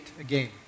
again